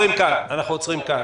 מאה אחוז, רועי, אנחנו עוצרים כאן.